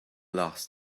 last